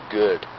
good